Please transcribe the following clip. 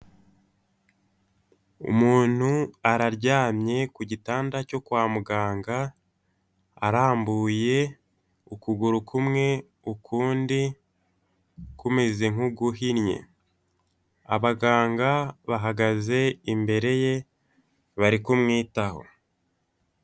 Umuntu araryamye ku gitanda cyo kwa muganga, arambuye ukuguru kumwe, ukundi kumeze nk'uguhinnye. Abaganga bahagaze imbere ye, bari kumwitaho.